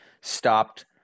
stopped